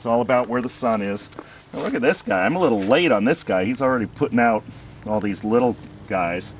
it's all about where the sun is i get this guy i'm a little late on this guy he's already put now all these little guys